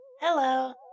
Hello